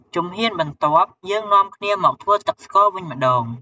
ជំហានបន្ទាប់ យើងនាំគ្នាមកធ្វើទឹកស្ករវិញម្ដង។